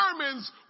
determines